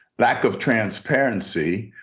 lack of transparency.